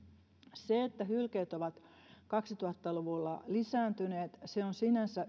se että hylkeet ovat kaksituhatta luvulla lisääntyneet on sinänsä